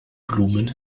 blumen